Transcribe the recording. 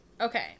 Okay